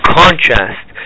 contrast